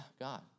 God